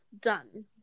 done